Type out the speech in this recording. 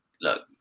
look